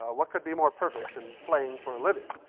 ah what could be more perfect than playing for a living?